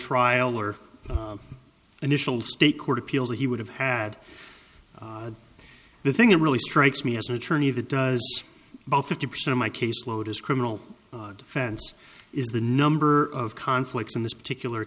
trial or initial state court appeals that he would have had the thing that really strikes me as an attorney that does about fifty percent of my caseload is criminal defense is the number of conflicts in this particular